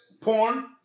porn